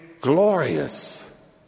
glorious